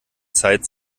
zeit